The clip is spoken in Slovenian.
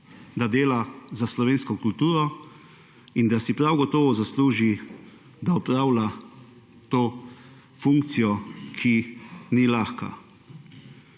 da dela za slovensko kulturo in da si prav gotovo zasluži, da opravlja to funkcijo, ki ni lahka.